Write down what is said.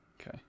okay